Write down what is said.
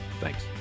Thanks